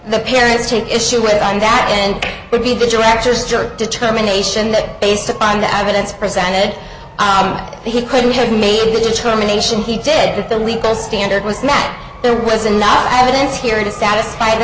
the parents take issue with that and would be the director's jerk determination that based upon the evidence presented he could have made the determination he did that the legal standard was mad there was enough evidence here to satisfy the